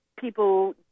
people